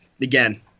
Again